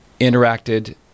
interacted